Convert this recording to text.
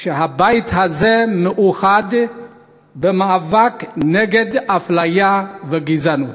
שהבית הזה מאוחד במאבק נגד אפליה וגזענות.